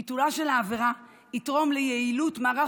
ביטולה של העבירה יתרום ליעילות מערך